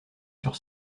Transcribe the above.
sur